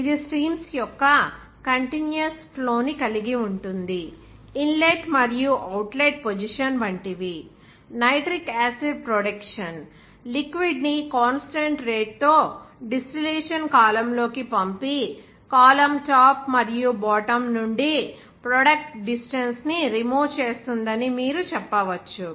ఇది స్ట్రీమ్స్ యొక్క continuous flow ని కలిగి ఉంటుంది ఇన్లెట్ మరియు అవుట్లెట్ పొజిషన్ వంటివి నైట్రిక్ యాసిడ్ ప్రొడక్షన్ లిక్విడ్ ని కాన్స్టాంట్ రేట్ తో డిస్టిలేషన్ కాలమ్లోకి పంపి కాలమ్ టాప్ మరియు బాటమ్ నుండి ప్రొడక్ట్ డిస్టెన్స్ ని రిమూవ్ చేస్తుందని మీరు చెప్పవచ్చు